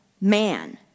man